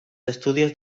estudios